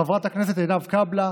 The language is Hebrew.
חברת הכנסת עינב קאבלה,